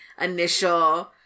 initial